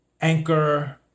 Anchor